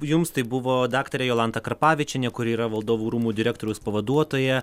jums tai buvo daktarė jolanta karpavičienė kuri yra valdovų rūmų direktoriaus pavaduotoja